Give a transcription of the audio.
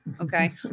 Okay